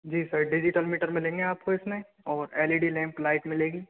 जी sir digital meter मिलेंगे आपको इसमे और L E D lamp light मिलेगी